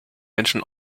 menschen